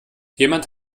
jemand